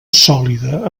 sòlida